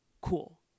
Cool